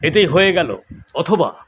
এতেই হয়ে গেলো অথবা